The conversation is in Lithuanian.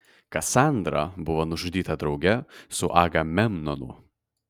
kasandra buvo nužudyta drauge su agamemnonu